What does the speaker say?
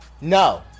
No